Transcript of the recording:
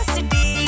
City